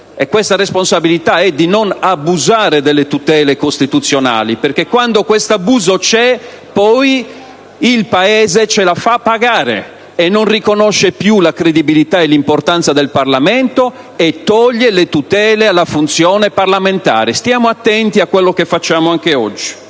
questa responsabilità è quella di non abusare delle tutele costituzionali, perché quando questo abuso c'è, poi il Paese ce la fa pagare e non riconosce più la credibilità e l'importanza del Parlamento e toglie le tutele alla funzione parlamentare. Stiamo attenti a quello che facciamo anche oggi.